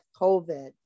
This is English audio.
COVID